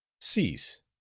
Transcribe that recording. Cease